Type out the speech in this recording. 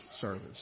service